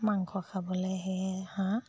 মাংস খাবলৈ সেয়ে হাঁহ